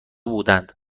بودند